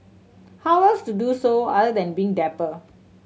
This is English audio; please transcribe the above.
how else to do so other than being dapper